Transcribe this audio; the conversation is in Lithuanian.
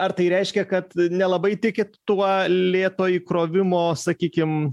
ar tai reiškia kad nelabai tikit tuo lėto įkrovimo sakykim